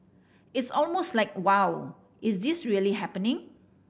it's almost like Wow is this really happening